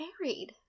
married